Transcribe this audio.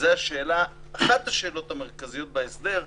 שזו אחת השאלות המרכזיות בהסדר,